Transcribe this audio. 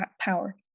power